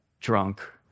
drunk